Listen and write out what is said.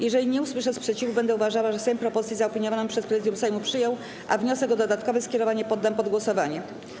Jeżeli nie usłyszę sprzeciwu, będę uważała, że Sejm propozycję zaopiniowaną przez Prezydium Sejmu przyjął, a wniosek o dodatkowe skierowanie poddam pod głosowanie.